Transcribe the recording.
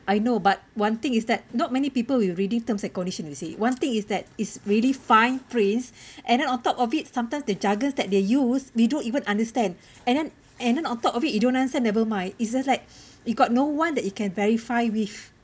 I know but one thing is that not many people will reading terms and condition you see one thing is that is really find praise and then on top of it sometimes they jargon that they use we don't even understand and then and then on top of it you don't answer never mind is just like you got no one that you can verify with